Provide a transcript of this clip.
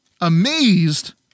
amazed